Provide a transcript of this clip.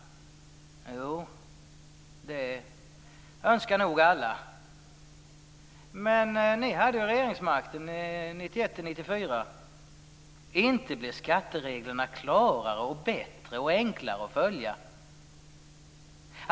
Jo, det vill nog alla ha. Men ni hade regeringsmakten 1991-1994. Inte blev skattereglerna klarare av detta och enklare att följa!